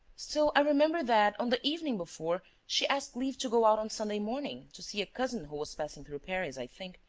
still, i remember that, on the evening before, she asked leave to go out on sunday morning. to see a cousin who was passing through paris, i think.